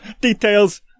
Details